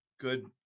Good